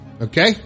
Okay